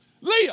Leah